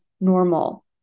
normal